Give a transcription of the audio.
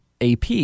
AP